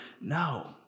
No